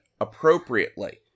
appropriately